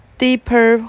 deeper